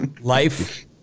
life